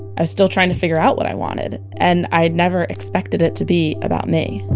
i was still trying to figure out what i wanted. and i never expected it to be about me